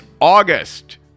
August